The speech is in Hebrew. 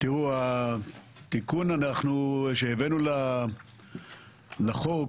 התיקון שהבאנו לחוק